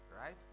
right